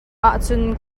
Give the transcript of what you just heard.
ahcun